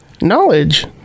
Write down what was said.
Knowledge